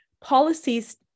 policies